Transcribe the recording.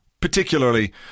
Particularly